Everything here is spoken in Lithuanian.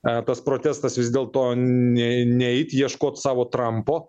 e tas protestas vis dėlto nei neit ieškot savo trampo